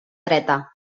dreta